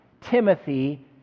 Timothy